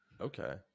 Okay